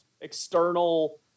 external